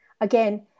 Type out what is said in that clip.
Again